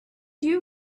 you